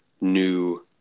new